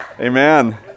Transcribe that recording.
Amen